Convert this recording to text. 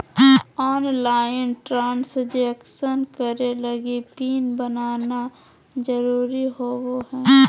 online transaction करे लगी PIN बनाना जरुरी होबो हइ